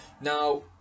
Now